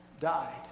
died